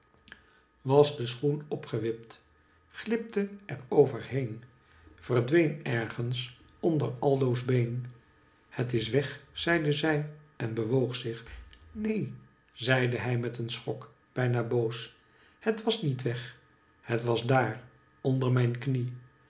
was den schoen opgewipt glipte er over heen verdween ergens onder aldo's been het is weg zeide zij en bewoog zich neen zeide hij met een schok bijna boos het was niet weg het was daar onder mijn knie